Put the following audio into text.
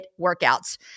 workouts